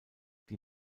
die